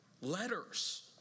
letters